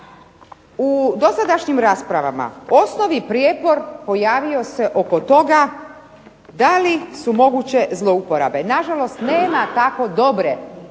U dosadašnjim raspravama osnovni prijepor pojavio se oko toga da li su moguće zlouporabe. Na žalost nema tako dobre